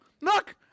Look